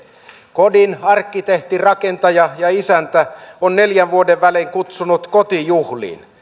kodin arkkitehti rakentaja ja isäntä on neljän vuoden välein kutsunut kotijuhliin